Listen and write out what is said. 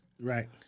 Right